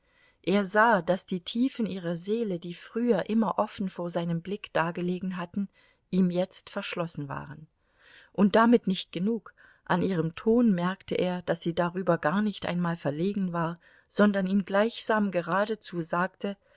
er sah daß die tiefen ihrer seele die früher immer offen vor seinem blick dagelegen hatten ihm jetzt verschlossen waren und damit nicht genug an ihrem ton merkte er daß sie darüber gar nicht einmal verlegen war sondern ihm gleichsam geradezu sagte